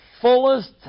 fullest